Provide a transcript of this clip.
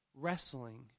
Wrestling